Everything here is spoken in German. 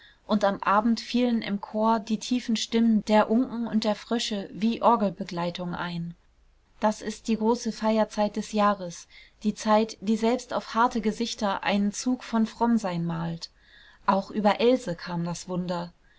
und am abend fielen im chor die tiefen stimmen der unken und der frösche wie orgelbegleitung ein das ist die große feierzeit des jahres die zeit die selbst auf harte gesichter einen zug von frommsein malt auch über else kam das wunder